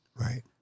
Right